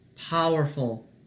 Powerful